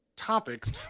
topics